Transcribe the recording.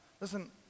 Listen